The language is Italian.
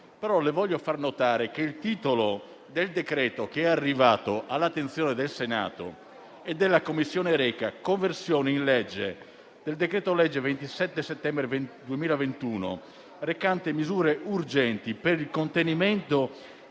però le voglio far notare che il titolo del decreto-legge arrivato all'attenzione del Senato e della Commissione reca: «Conversione in legge del decreto-legge 27 settembre 2021, n. 130, recante misure urgenti per il contenimento